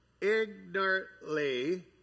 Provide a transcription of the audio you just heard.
ignorantly